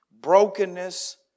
brokenness